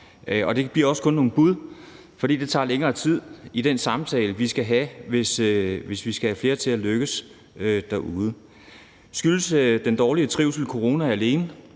Det bliver også kun nogle bud, for det tager længere tid i den samtale, vi skal have, hvis vi skal have flere til at lykkes derude. Skyldes den dårlige trivsel corona alene?